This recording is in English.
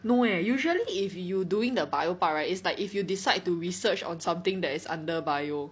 no eh usually if you doing the bio part right it's like if you decide to research on something that is under bio